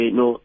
no